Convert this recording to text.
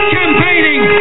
campaigning